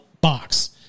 box